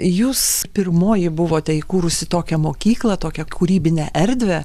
jūs pirmoji buvote įkūrusi tokią mokyklą tokią kūrybinę erdvę